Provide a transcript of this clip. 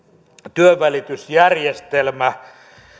työnvälitysjärjestelmä